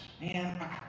Man